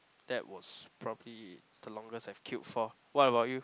that was probably the longest I've queued for what about you